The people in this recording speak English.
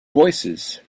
voicesand